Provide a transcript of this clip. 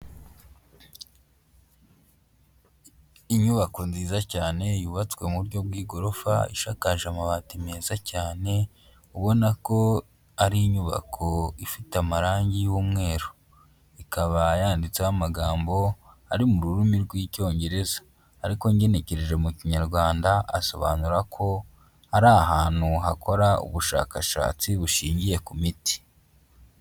Inyubako nziza cyane yubatswe mu buryo bw'igorofa, ishakaje amabati meza cyane ubona ko ari inyubako ifite amarangi y'umweru. Ikaba yanditseho amagambo ari mu rurimi rw'Icyongereza ariko ngenekereje mu Kinyarwanda, asobanura ko ari ahantu hakora ubushakashatsi bushingiye ku miti.